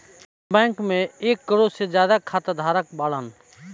Indian bank मे देश के एक करोड़ से ज्यादा खाता धारक बाड़न